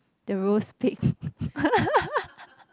the roast pig